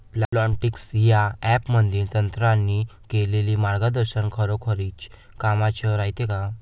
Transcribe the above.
Plantix या ॲपमधील तज्ज्ञांनी केलेली मार्गदर्शन खरोखरीच कामाचं रायते का?